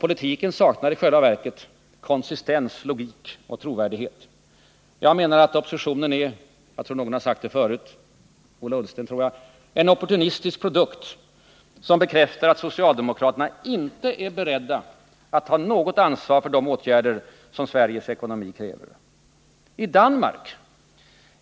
Politiken saknar i själva verket konsistens, logik och trovärdighet. Jag menar, och någon har sagt det förut — Ola Ullsten tror jag — att motionen är en ”opportunistisk produkt” som bekräftar att socialdemokraterna inte är beredda att ta något ansvar för de åtgärder som Sveriges ekonomi kräver.